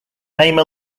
name